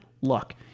luck